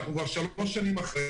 לך אני אומר שאנחנו כבר שלוש שנים אחרי